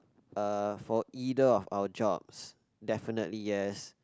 uh for either of our jobs definitely yes